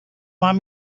want